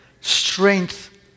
strength